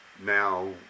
now